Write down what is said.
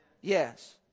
Yes